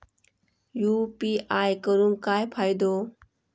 UPI करून काय फायदो?